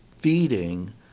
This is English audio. feeding